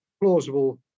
plausible